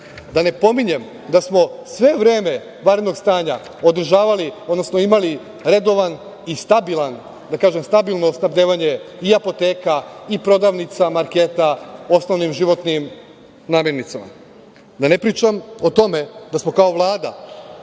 Da ne pominjem da smo sve vreme vanrednog stanja održavali, odnosno imali redovan i stabilan, da kažem, stabilno snabdevanje i apoteka i prodavnica, marketa osnovnim životnim namirnicama. Da ne pričam o tome da smo kao Vlada,